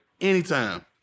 Anytime